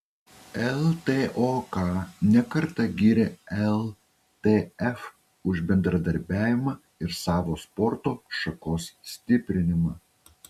ltok ne kartą gyrė ltf už bendradarbiavimą ir savo sporto šakos stiprinimą